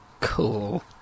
Cool